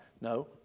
No